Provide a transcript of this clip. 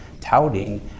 touting